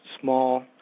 small